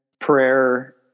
prayer